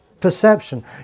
Perception